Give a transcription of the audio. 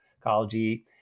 ecology